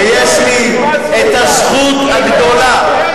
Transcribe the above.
שיש לי הזכות הגדולה,